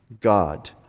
God